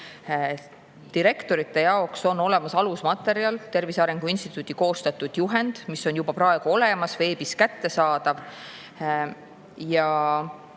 Direktorite jaoks on olemas alusmaterjal, Tervise Arengu Instituudi koostatud juhend, mis on juba praegu veebis kättesaadav.